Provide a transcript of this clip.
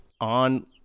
on